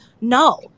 No